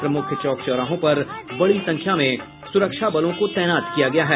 प्रमुख चौक चौराहों पर बड़ी संख्या में सुरक्षा बलों को तैनात किया गया है